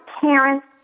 parents